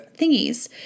thingies